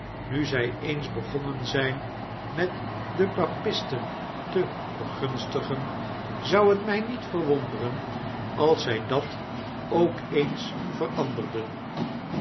nu zij eens begonnen zijn met die papisten te begunstigen zou het mij niet verwonderen als zij dat ook eens veranderden